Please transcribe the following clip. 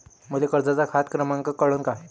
मले कर्जाचा खात क्रमांक कळन का?